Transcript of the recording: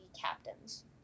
captains